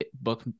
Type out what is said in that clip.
book